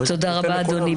אדוני.